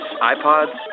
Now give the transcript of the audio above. iPods